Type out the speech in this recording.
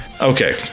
Okay